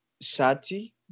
sati